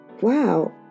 wow